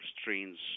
strains